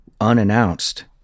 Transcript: unannounced